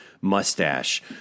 Mustache